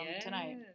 tonight